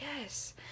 Yes